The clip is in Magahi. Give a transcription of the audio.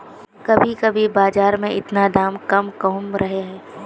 कभी कभी बाजार में इतना दाम कम कहुम रहे है?